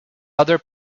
other